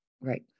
Right